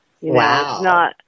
wow